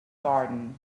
garden